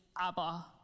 Abba